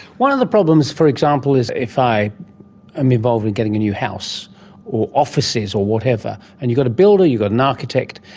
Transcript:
one of the problems, for example, is if i am involved with getting a new house or offices or whatever, and you've got a builder, you've got an architect,